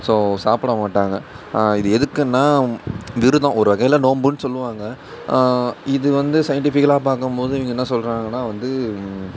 so சாப்பிட மாட்டாங்க இது எதுக்குன்னால் விரதம் ஒரு வகையில் நோன்புன்னு சொல்லுவாங்க இது வந்து சயிண்டிஃபிக்கலாக பார்க்கம்போது இவங்க என்ன சொல்றாங்கன்னால் வந்து